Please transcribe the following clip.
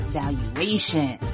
valuation